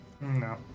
No